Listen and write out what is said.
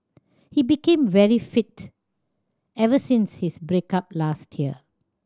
he became very fit ever since his break up last year